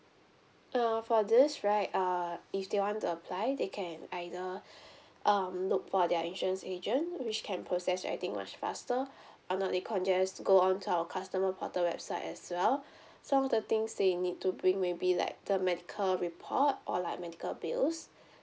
uh for this right uh if they want to apply they can either um look for their insurance agent which can process everything much faster or not they just go on to our customer portal website as well some of the things they need to bring maybe like the medical report or like medical bills